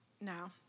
Now